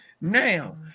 Now